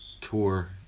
tour